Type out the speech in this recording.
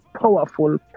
powerful